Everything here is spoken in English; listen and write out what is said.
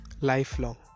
lifelong